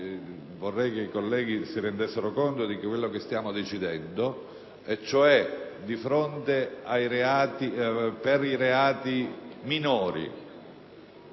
vorrei che i colleghi si rendessero conto di quello che stiamo decidendo. In sostanza, per i reati minori